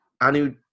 Anu